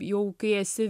jau kai esi